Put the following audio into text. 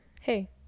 Hey